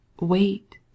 Wait